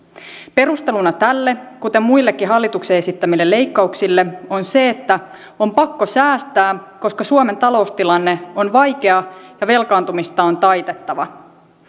perusteluna tälle kuten muillekin hallituksen esittämille leikkauksille on se että on pakko säästää koska suomen taloustilanne on vaikea ja velkaantumista on taitettava